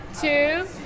two